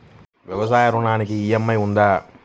వ్యవసాయ ఋణానికి ఈ.ఎం.ఐ ఉందా?